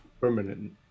Permanent